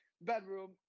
bedroom